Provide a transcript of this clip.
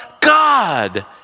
God